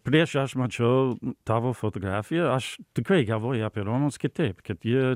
prieš aš mačiau tavo fotografiją aš tikrai galvoju apie romus kitaip kad jie